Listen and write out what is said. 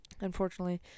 unfortunately